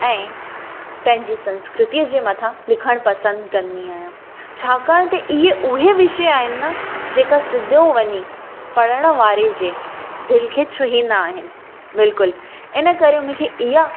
ऐं पंहिंजी संस्कृतीअ जे मथां लिखण पसंदि कंदी आहियां छाकाणि त इहे उहे विषय आहिनि जेका सिधो वञी पढ़ण वारे जे दिलि खे छूहींदा आहिनि बिल्कुलु इन करे मूंखे इहा